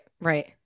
right